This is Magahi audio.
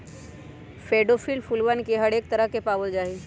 डैफोडिल फूलवन के हरेक तरह के पावल जाहई